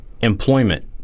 employment